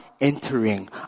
entering